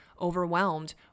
overwhelmed